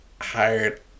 hired